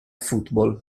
football